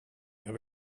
jag